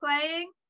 playing